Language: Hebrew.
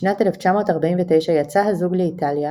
בשנת 1949 יצא הזוג לאיטליה,